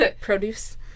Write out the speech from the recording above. Produce